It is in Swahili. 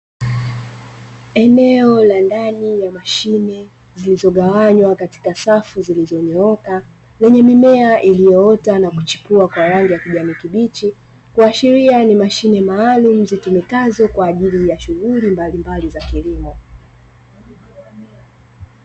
Eneo la ndani ya mashine, zilizogawanywa katika safu zilizonyooka, lenye mimea iliyoota na kuchipua kwa rangi ya kijani kibichi, kuashiria ni mashine maalumu zitumikazo kwa ajili ya shughuli mbalimbali za kilimo.